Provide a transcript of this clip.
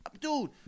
dude